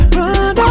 run